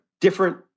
different